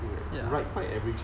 ya